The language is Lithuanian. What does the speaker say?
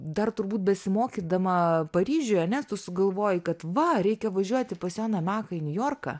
dar turbūt besimokydama paryžiuje ane tu sugalvojai kad va reikia važiuoti pas joną meką į niujorką